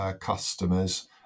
customers